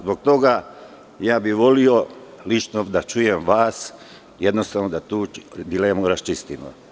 Zbog toga bih voleo lično da čujem vas, da jednostavno tu dilemu raščistimo.